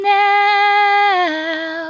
now